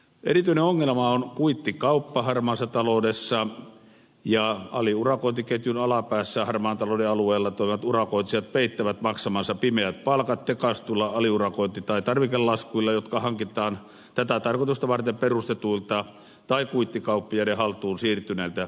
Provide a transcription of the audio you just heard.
erityinen ongelma on kuittikauppa harmaassa taloudessa ja aliurakointiketjun alapäässä harmaan talouden alueella toimivat urakoitsijat peittävät maksamansa pimeät palkat tekaistuilla aliurakointi tai tarvikelaskuilla jotka hankitaan tätä tarkoitusta varten perustetuilta tai kuittikauppiaiden haltuun siirtyneiltä yrityksiltä